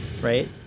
right